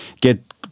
get